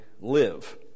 live